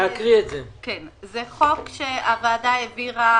זה חוק שהוועדה העבירה